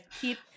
keep